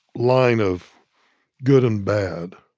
line of good and bad,